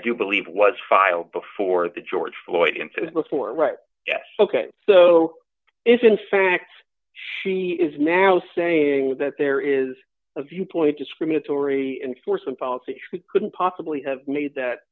do believe was filed before the george floyd in to before right yes ok so if in fact she is now saying that there is a viewpoint discriminatory enforcement policy couldn't possibly have made that